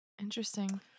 Interesting